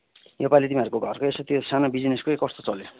योपालि तिमीहरूको घरको यसो त्यो सानो बिजनेस के हो कस्तो चल्यो